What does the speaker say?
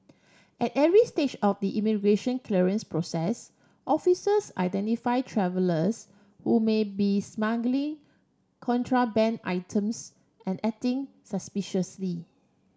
at every stage of the immigration clearance process officers identify travellers who may be smuggling contraband items and acting suspiciously